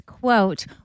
quote